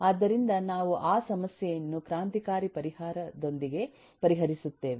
ಆದ್ದರಿಂದ ನಾವು ಆ ಸಮಸ್ಯೆಯನ್ನು ಕ್ರಾಂತಿಕಾರಿ ಪರಿಹಾರದೊಂದಿಗೆ ಪರಿಹರಿಸುತ್ತೇವೆ